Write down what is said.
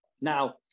Now